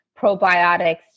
probiotics